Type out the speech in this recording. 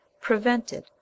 Prevented